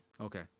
Okay